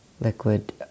liquid